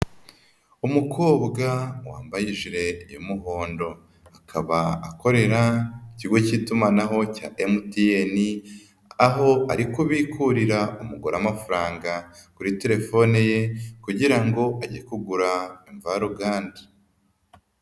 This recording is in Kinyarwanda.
Umukobwa wambaye ijire y'umuhondo. Akaba akorera ikigo cy'itumanaho cya MTN,aho ari kubikurira umugore amafaranga kuri telefone ye kugira ngo age kugura imvaruganda.